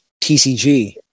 TCG